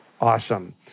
Awesome